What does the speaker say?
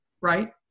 right